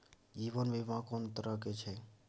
जीवन बीमा कोन तरह के छै?